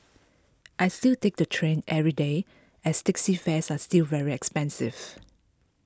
I still take the train every day as taxi fares are still very expensive